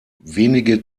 wenige